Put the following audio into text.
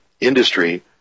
industry